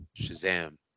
Shazam